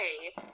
Hey